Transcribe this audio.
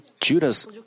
Judas